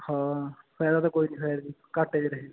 ਹਾਂ ਫ਼ਾਇਦਾ ਤਾ ਕੋਈ ਨਹੀਂ ਹੋਇਆ ਐਤਕੀ ਘਾਟੇ 'ਚ ਰਹੇ